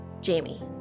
Jamie